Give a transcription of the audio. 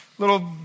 Little